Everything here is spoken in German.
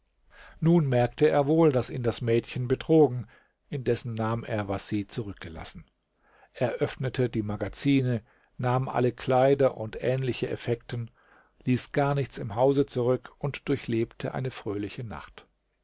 nun merkte er wohl daß ihn das mädchen betrogen indessen nahm er was sie zurückgelassen er öffnete die magazine nahm alle kleider und ähnliche effekten ließ gar nichts im hause zurück und durchlebte eine fröhliche nacht